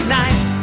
nice